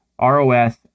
ROS